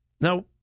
Now